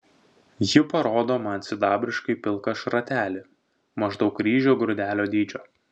ji parodo man sidabriškai pilką šratelį maždaug ryžio grūdelio dydžio